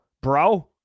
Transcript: bro